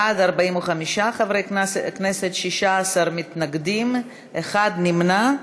בעד, 45 חברי כנסת, 16 מתנגדים, אחד נמנע.